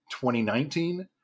2019